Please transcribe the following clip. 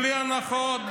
בלי הנחות,